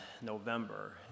November